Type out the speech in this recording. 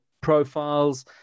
profiles